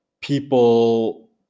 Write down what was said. people